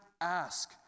ask